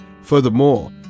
Furthermore